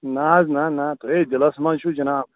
نہَ حظ نہَ نہَ تُہۍ ہَے دِلس منٛز چھُو جناب